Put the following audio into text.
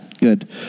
good